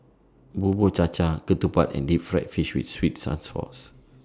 Bubur Cha Cha Ketupat and Deep Fried Fish with Sweet and Sour Sauce